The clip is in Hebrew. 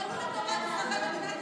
שיפעלו לטובת אזרחי מדינת ישראל.